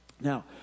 Now